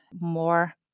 more